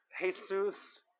Jesus